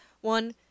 One